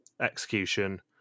Execution